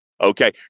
Okay